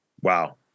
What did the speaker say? wow